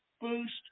boost